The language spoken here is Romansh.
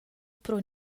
pro